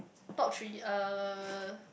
top three uh